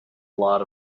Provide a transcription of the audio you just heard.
lot